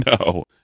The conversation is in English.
no